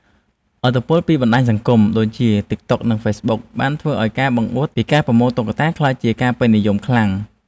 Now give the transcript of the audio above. ឥទ្ធិពលពីបណ្ដាញសង្គមដូចជា ទិកតុក និងហ្វេសប៊ុក បានធ្វើឱ្យការបង្អួតពីការប្រមូលតុក្កតាក្លាយជាការពេញនិយមខ្លាំង។